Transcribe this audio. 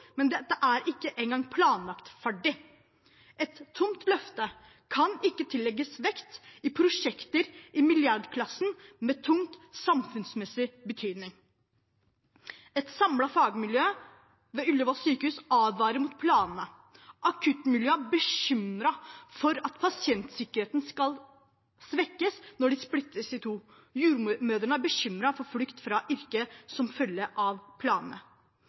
men det er ikke engang ferdig planlagt. Et tomt løfte kan ikke tillegges vekt i prosjekter i milliardklassen med tung samfunnsmessig betydning. Et samlet fagmiljø ved Ullevål sykehus advarer mot planene. Akuttmiljøet er bekymret for at pasientsikkerheten skal svekkes når de splittes i to. Jordmødrene er bekymret for flukt fra yrket som følge av planene.